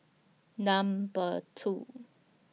Number two